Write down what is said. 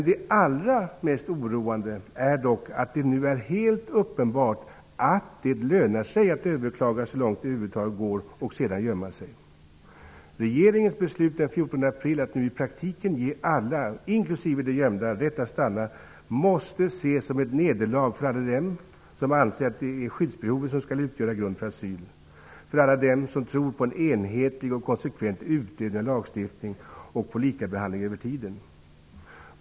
Det allra mest oroande är dock att det nu är helt uppenbart att det lönar sig att överklaga så långt det över huvud taget går och sedan gömma sig. Regeringens beslut den 14 april att nu i praktiken ge alla, inklusive de gömda, rätt att stanna måste ses som ett nederlag för alla dem som anser att det är skyddsbehovet som skall utgöra grunden för asyl och för alla dem som tror på en enhetlig och konsekvent utövning av lagstiftningen och på lika behandling över tiden.